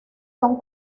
son